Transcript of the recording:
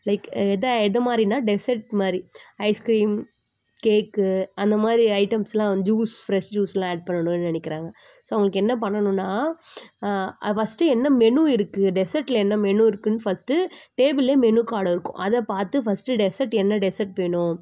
like எத எதுமாதிரினா dessert மாதிரி ஐஸ்க்ரீம் கேக்கு அந்த மாதிரி ஐட்டம்ஸ்லாம் ஜூஸ் ஃப்ரெஷ் ஜூஸ் எல்லாம் ஆட் பண்ணணும்னு நினைக்குறாங்க ஸோ அவங்களுக்கு என்ன பண்ணணும்னா ஃபஸ்ட்டு என்ன மெனு இருக்குது டெஸர்ட்டில் என்ன மெனு இருக்குன்னு ஃபஸ்ட்டு டேபுள்ளே மெனு கார்டு இருக்கும் அதை பார்த்து ஃபஸ்ட்டு டெஸர்ட் என்ன டெஸர்ட் வேணும்